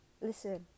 Listen